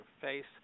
face